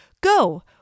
Go